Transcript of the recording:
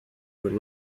with